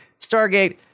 Stargate